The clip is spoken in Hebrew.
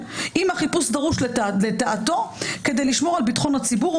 אם החיפוש דרוש לדעתו כדי לשמור על ביטחון הציבור או